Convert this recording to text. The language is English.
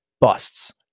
busts